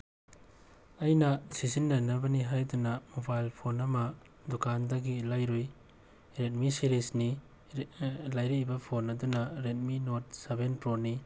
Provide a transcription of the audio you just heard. ꯑꯩꯅ ꯁꯤꯖꯤꯟꯅꯅꯕꯅꯤ ꯍꯥꯏꯗꯨꯅ ꯃꯣꯕꯥꯏꯜ ꯐꯣꯟ ꯑꯃ ꯗꯨꯀꯥꯟꯅꯗꯒꯤ ꯂꯩꯔꯨꯏ ꯔꯦꯠꯃꯤ ꯁꯦꯔꯤꯁꯅꯤ ꯂꯩꯔꯛꯏꯕ ꯐꯣꯟ ꯑꯗꯨꯅ ꯔꯦꯠꯃꯤ ꯅꯣꯠ ꯁꯕꯦꯟ ꯄ꯭ꯔꯣꯅꯤ